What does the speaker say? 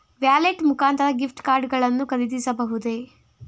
Wallet ಮುಖಾಂತರ gift card ಗಳನ್ನು ಖರೀದಿಸಬಹುದೇ?